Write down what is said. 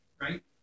right